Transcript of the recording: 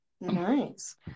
Nice